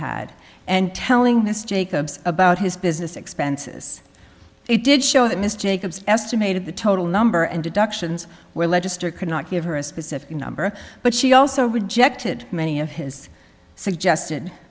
had and telling his jacobs about his business expenses it did show that miss jacobs estimated the total number and deductions where legislator could not give her a specific number but she also rejected many of his suggested